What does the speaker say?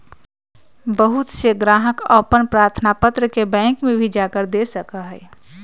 बहुत से ग्राहक अपन प्रार्थना पत्र के बैंक में भी जाकर दे सका हई